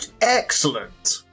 excellent